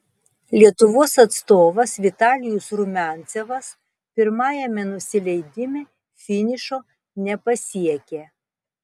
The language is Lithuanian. lietuvos atstovas vitalijus rumiancevas pirmajame nusileidime finišo nepasiekė